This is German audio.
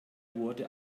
wurde